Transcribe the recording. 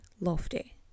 Lofty